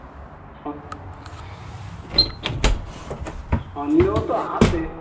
সন সন্দেহ তো আছে